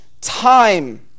time